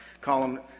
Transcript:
column